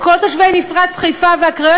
לכל תושבי מפרץ חיפה והקריות?